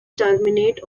terminate